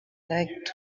likes